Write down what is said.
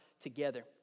together